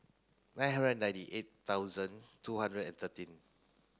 nine hundred and ninety eight thousand two hundred and thirteen